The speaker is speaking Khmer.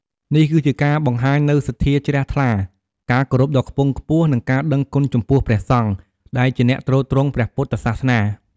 នេះគឺជាការបង្ហាញនូវសទ្ធាជ្រះថ្លា ការគោរពដ៏ខ្ពង់ខ្ពស់ និងការដឹងគុណចំពោះព្រះសង្ឃ ដែលជាអ្នកទ្រទ្រង់ព្រះពុទ្ធសាសនា។